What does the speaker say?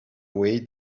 way